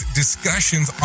discussions